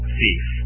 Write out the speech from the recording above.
Thief